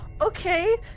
okay